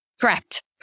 Correct